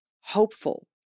hopeful